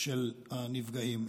של הנפגעים,